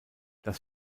das